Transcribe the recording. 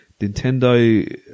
Nintendo